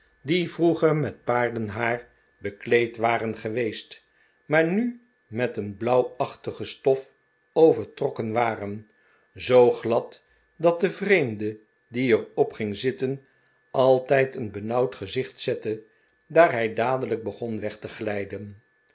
die vroeger met paardenhaar bekleed waren geweest maar nu met een blauwachtlge stof overtrokken waren zoo glad dat een vreemde die er op ging zitten altijd een benauwd gezicht zette daar hij dadelijk begon weg te